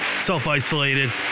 self-isolated